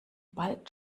bald